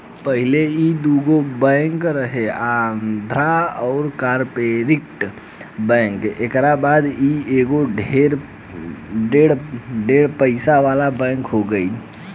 पहिले ई दुगो बैंक रहे आंध्रा आ कॉर्पोरेट बैंक एकरा बाद ई एगो ढेर पइसा वाला बैंक हो गईल